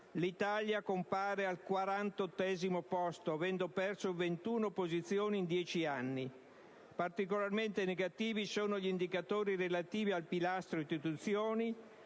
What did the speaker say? l'Italia compare al quarantottesimo posto, avendo perso 21 posizioni in dieci anni. Particolarmente negativi sono gli indicatori relativi ai pilastri istituzioni